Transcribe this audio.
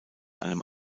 einem